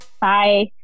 Bye